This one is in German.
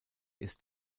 ist